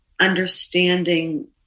understanding